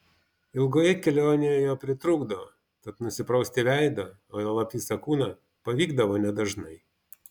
ilgoje kelionėje jo pritrūkdavo tad nusiprausti veidą o juolab visą kūną pavykdavo nedažnai